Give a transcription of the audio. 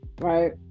Right